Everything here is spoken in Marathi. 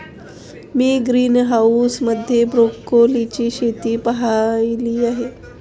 मी ग्रीनहाऊस मध्ये ब्रोकोलीची शेती पाहीली आहे